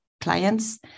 clients